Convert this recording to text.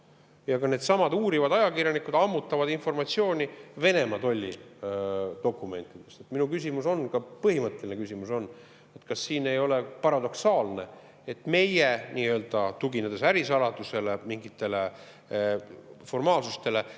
Ja needsamad uurivad ajakirjanikud ammutavad informatsiooni Venemaa tollidokumentidest. Minu küsimus on ka põhimõtteline küsimus. Kas siin ei ole paradoksaalne, et kuna meie nii-öelda tugineme ärisaladusele, mingitele formaalsustele,